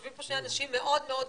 יושבים פה שני אנשים מאוד מאוד עסוקים,